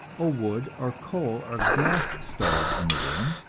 a wood or coal or gas stove in the room,